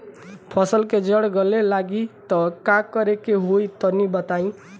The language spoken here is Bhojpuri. फसल के जड़ गले लागि त का करेके होई तनि बताई?